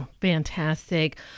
Fantastic